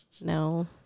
No